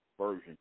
version